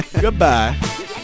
Goodbye